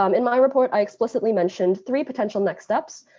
um in my report i explicitly mentioned three potential next steps.